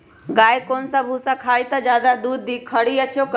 गाय कौन सा भूसा खाई त ज्यादा दूध दी खरी या चोकर?